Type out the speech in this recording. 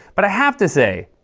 but i have to say,